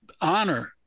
honor